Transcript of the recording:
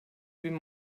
bin